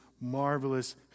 marvelous